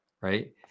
right